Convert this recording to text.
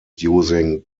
using